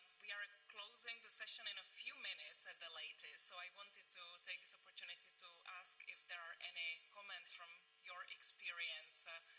we are closing the session in a few minutes at the latest, so i wanted to take this opportunity to ask if there are any comments from your experience?